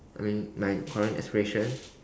I mean my current aspiration